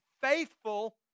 faithful